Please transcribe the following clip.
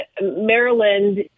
Maryland